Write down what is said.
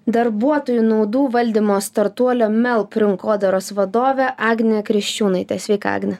darbuotojų naudų valdymo startuolio melp rinkodaros vadovė agnė kriščiūnaitė sveika agne